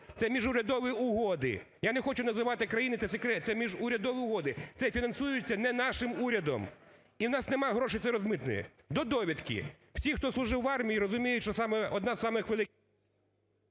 це міжурядові угоди. Я не хочу називати країни, це секрет, це міжурядові угоди, це фінансується не нашим урядом і в нас нема грошей це розмитнити. До довідки: всі, хто служив в армії, розуміють, що саме одна з самих…